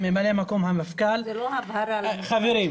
זה לא הבהרה מה שנאמר.